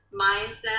mindset